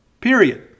Period